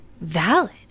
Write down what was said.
valid